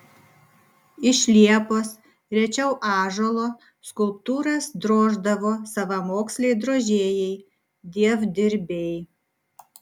iš liepos rečiau ąžuolo skulptūras droždavo savamoksliai drožėjai dievdirbiai